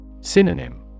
Synonym